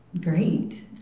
great